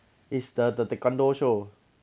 it's the the taekwondo show